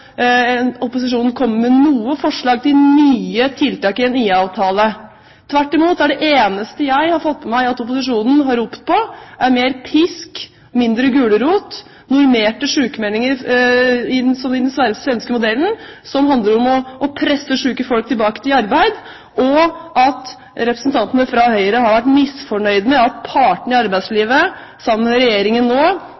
opposisjonen komme med noen forslag til nye tiltak i en IA-avtale. Tvert imot: Det eneste jeg har fått med meg at opposisjonen har ropt på er mer pisk, mindre gulrot, normerte sykemeldinger – som i den svenske modellen – som handler om å presse syke folk tilbake til arbeid, og at representantene fra Høyre har vært misfornøyd med at partene i